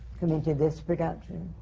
come into this production?